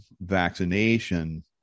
vaccination